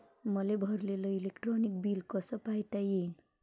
मले भरलेल electric bill कस पायता येईन?